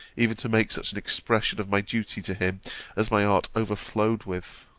even to make such an expression of my duty to him as my heart overflowed with.